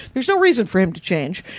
there's no reason for him to change.